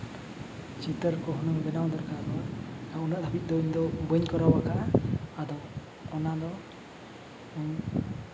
ᱪᱤᱛᱟᱹᱨ ᱠᱚ ᱦᱚᱸ ᱵᱮᱱᱟᱣ ᱫᱚᱨᱠᱟᱨᱚᱜᱼᱟ ᱩᱱᱟᱹᱜ ᱫᱷᱟᱹᱵᱤᱡ ᱫᱚ ᱤᱧ ᱫᱚ ᱵᱟᱹᱧ ᱠᱚᱨᱟᱣ ᱟᱠᱟᱜᱼᱟ ᱟᱫᱚ ᱚᱱᱟ ᱫᱚ